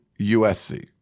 USC